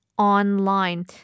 Online